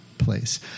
place